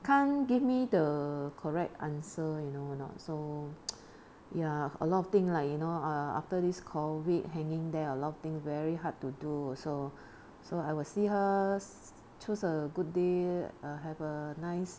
can't give me the correct answer you know or not so ya a lot of thing like you know after this COVID hanging there a lot of thing very hard to do so so I will see hers choose a good day have a nice